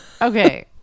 okay